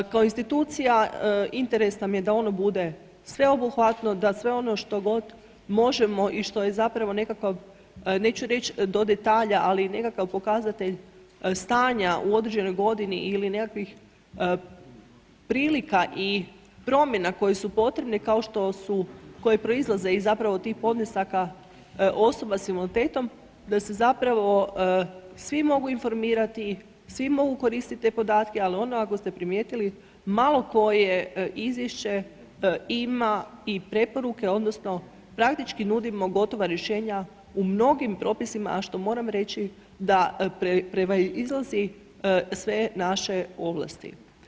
Kao institucija interes nam je da ono bude sveobuhvatno, da sve ono što god možemo i što je zapravo nekakav, neću reći do detalja, ali nekakav pokazatelj stanja u određenoj godini ili nekakvih prilika i promjena koje su potrebne kao što su, koje proizlaze iz zapravo tih podnesaka osoba s invaliditetom, da se zapravo svi mogu informirati, svi mogu koristiti te podatke, ali ono ako ste primijetili malo koje izvješće ima i preporuke odnosno praktički nudimo gotova rješenja u mnogim propisima, a što moram reći da prema izlazi sve naše ovlasti.